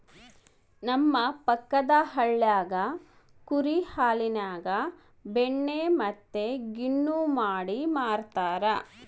ನಮ್ಮ ಪಕ್ಕದಳ್ಳಿಗ ಕುರಿ ಹಾಲಿನ್ಯಾಗ ಬೆಣ್ಣೆ ಮತ್ತೆ ಗಿಣ್ಣು ಮಾಡಿ ಮಾರ್ತರಾ